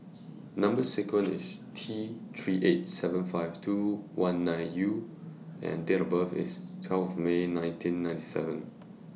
Number sequence IS T three eight seven five two one nine U and Date of birth IS twelfth May nineteen ninety seven